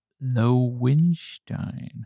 Lowenstein